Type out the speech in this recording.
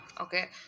okay